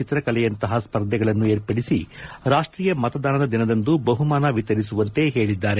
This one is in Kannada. ಚಿತ್ರಕಲೆಯಂತಪ ಸ್ಪರ್ಧೆಗಳನ್ನು ವಿರ್ಪಡಿಸಿ ರಾಷ್ಷೀಯ ಮತದಾನದ ದಿನದಂದು ಬಹುಮಾನ ವಿತರಿಸುವಂತೆ ಹೇಳಿದ್ದಾರೆ